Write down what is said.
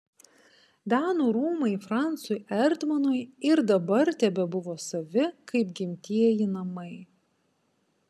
danų rūmai francui erdmanui ir dabar tebebuvo savi kaip gimtieji namai